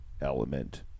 element